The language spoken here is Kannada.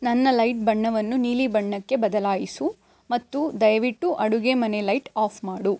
ನನ್ನ ಲೈಟ್ ಬಣ್ಣವನ್ನು ನೀಲಿ ಬಣ್ಣಕ್ಕೆ ಬದಲಾಯಿಸು ಮತ್ತು ದಯವಿಟ್ಟು ಅಡುಗೆ ಮನೆ ಲೈಟ್ ಆಫ್ ಮಾಡು